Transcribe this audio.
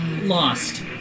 Lost